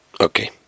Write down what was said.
okay